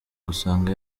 gusanga